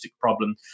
problem